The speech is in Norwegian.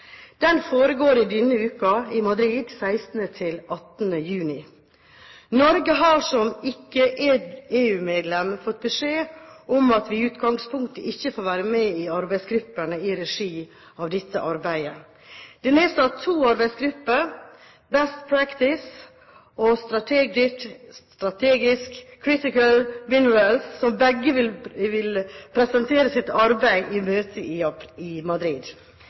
Den foregår denne uken i Madrid, 16.–18. juni. Norge, som ikke er EU-medlem, har fått beskjed om at vi i utgangspunktet ikke får være med i arbeidsgruppene i regi av dette arbeidet. Det er nedsatt to arbeidsgrupper: Best Practice og Strategic/Critical Minerals, som begge vil presentere sitt arbeid på møtet i Madrid.